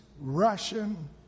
Russian